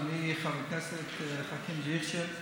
אדוני חבר הכנסת חכים חאג' יחיא,